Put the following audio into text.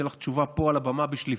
אני נותן לך תשובה פה על הבמה בשליפה,